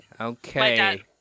Okay